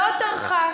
לא טרחה,